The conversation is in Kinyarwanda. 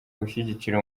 gushyigikira